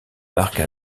marque